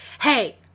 Hey